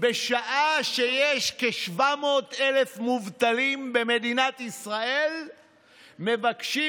בשעה שיש כ-700,000 מובטלים במדינת ישראל מבקשים